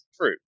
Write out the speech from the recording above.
True